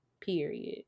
period